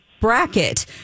bracket